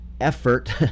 effort